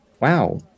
Wow